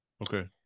Okay